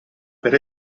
per